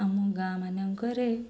ଆମ ଗାଁ ମାନଙ୍କରେ